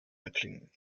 erklingen